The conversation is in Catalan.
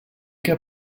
que